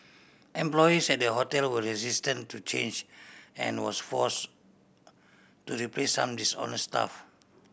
employees at the hotel were resistant to change and was force to replace some dishonest staff